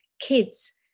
Kids